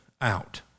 out